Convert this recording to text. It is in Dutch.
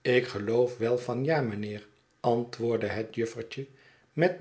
ik geloof wel van ja mynheer antwoordde het juffertje met